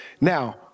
Now